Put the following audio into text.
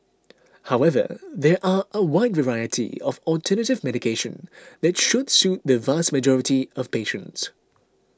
however there are a wide variety of alternative medication that should suit the vast majority of patients